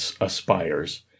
aspires